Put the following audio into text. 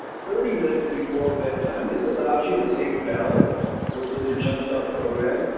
thirty minutes before bedtime. this allows you to take balance within your jump start program.